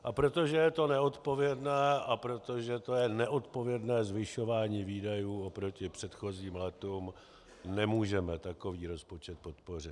A protože to je neodpovědné a protože to je neodpovědné zvyšování výdajů oproti předchozím létům, nemůžeme takový rozpočet podpořit.